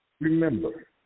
Remember